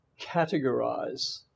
categorize